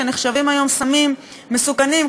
שנחשבים היום סמים מסוכנים,